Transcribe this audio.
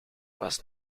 was